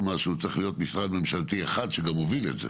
משהו צריך להיות משרד ממשלתי שמוביל את זה